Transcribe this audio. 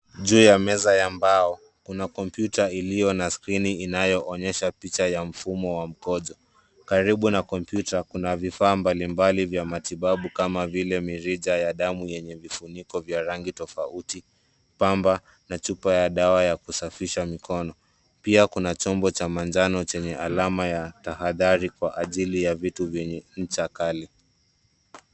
Juu ya meza ya mbao kuna kompyuta iliyo na skrini inayoonyesha picha ya mfumo wa mkojo. Karibu na kompyuta kuna vifaa mbalimbali vya matibabu, kama vile mirija ya damu yenye vifuniko vya rangi tofauti, pamba na chupa ya dawa ya kusafisha mkono. Pia kuna chombo cha manjano chenye alama ya tahadhari kwa ajili ya vitu vyenye ncha kali.